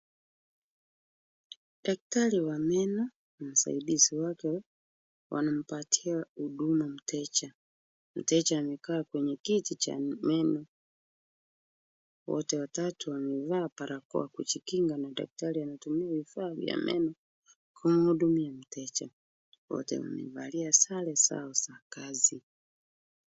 Daktari wa meno na msaidizi wake wanampatia huduma mteja, mteja amekaa kwenye kiti cha meno, wote watatu wamevaa barakoa kujinga na daktari anatumia vifaa vya meno kumhudumia mteja, wote wamevalia sare zao za kazi.